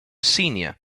senior